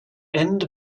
end